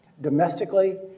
domestically